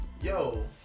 yo